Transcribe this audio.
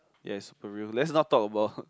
yes for real let's not talk about